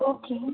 okay